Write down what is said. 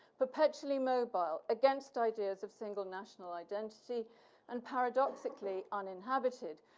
perpetually mobile against ideas of single national identity and paradoxically, uninhabited,